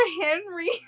Henry